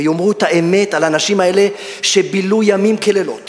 ואותו הדבר, כל הניסיון פה ללגלג